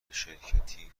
شرکتی